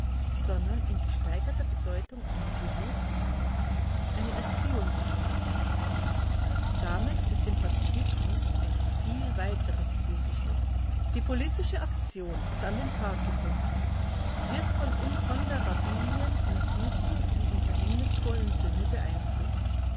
sondern in gesteigerter bedeutung eine bewußtseins eine erziehungsfrage damit ist dem pazifismus ein viel weiteres ziel gesteckt die politische aktion ist an den tag gebunden wird von imponderabilien im guten wie im verhängnisvollen sinne beeinflußt